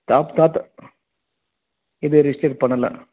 தாத்தாகிட்ட இது ரெஜிஸ்டர் பண்ணலை